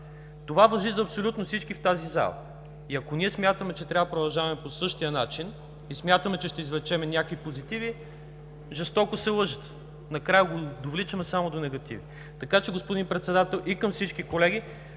Това важи за абсолютно всички в тази зала. Ако смятаме, че трябва да продължаваме по същия начин и че ще извлечем някакви позитиви, жестоко се лъжете. Накрая го довличаме само до негативи. Така че, господин Председател, и към всички колеги: